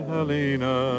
Helena